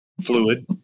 fluid